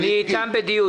אני איתם בדיון.